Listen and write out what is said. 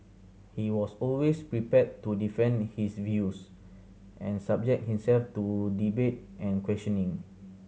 he was always prepared to defend his views and subject himself to debate and questioning